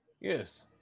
Yes